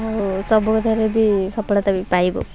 ଆଉ ସବୁ ଜାଗାରେ ବି ସଫଳତା ବି ପାଇବ